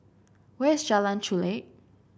where is Jalan Chulek